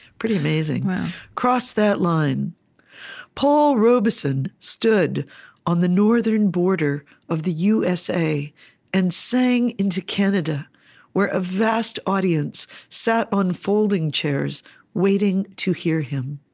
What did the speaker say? pretty amazing wow cross that line paul robeson stood on the northern border of the usa and sang into canada where a vast audience sat on folding chairs waiting to hear him.